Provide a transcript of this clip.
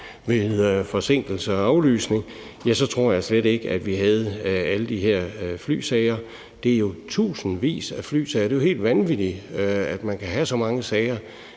ved forsinkelser og aflysninger – tror jeg slet ikke at vi havde alle de her flysager. Det er jo tusindvis af flysager. Det er helt vanvittigt, at man kan have så mange sager.